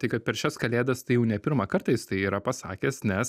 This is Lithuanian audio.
tai kad per šias kalėdas tai jau ne pirmą kartą jis tai yra pasakęs nes